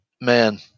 man